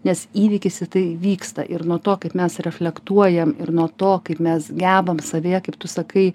nes įvykis į tai vyksta ir nuo to kaip mes reflektuojam ir nuo to kaip mes gebam savyje kaip tu sakai